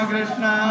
Krishna